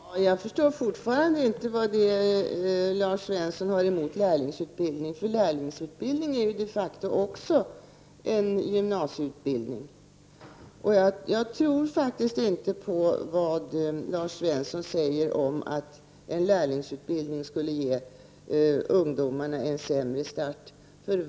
Herr talman! Jag förstår fortfarande inte vad Lars Svensson har emot lärlingsutbildningen. Lärlingsutbildningen är ju de facto också en gymnasieutbildning. Jag tror faktiskt inte på vad Lars Svensson säger om att en lärlingsutbildning skulle ge ungdomarna en sämre start.